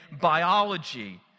biology